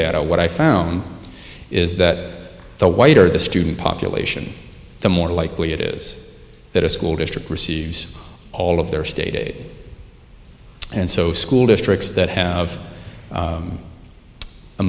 that what i found is that the whiter the student population the more likely it is that a school district receives all of their state and so school districts that have